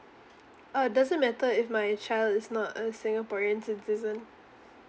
uh doesn't matter if my child is not a singaporean citizen